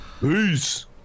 Peace